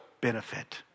benefit